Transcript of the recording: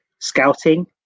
Scouting